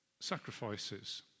sacrifices